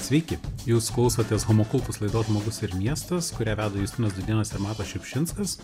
sveiki jūs klausotės homo cultus laidos žmogus ir miestas kurią veda justinas dūdėnas ir matas šiupšinskas